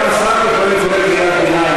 גם שר לפעמים קורא קריאת ביניים,